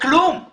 אני